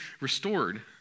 restored